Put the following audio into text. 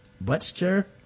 Butcher